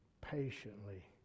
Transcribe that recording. Patiently